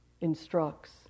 instructs